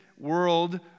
world